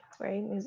right